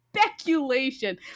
speculation